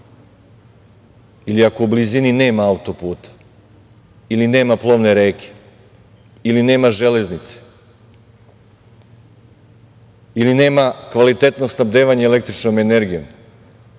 ili ako u blizini nema auto-puta ili nema plovne reke ili nema železnice ili nema kvalitetno snabdevanje električnom energijom